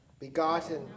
begotten